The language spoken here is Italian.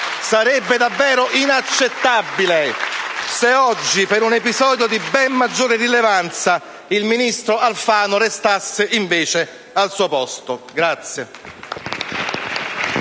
Sarebbe davvero inaccettabile se oggi, per un episodio di ben maggiore rilevanza, il ministro Alfano restasse invece al suo posto.